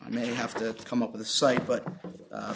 i may have to come up with a cite but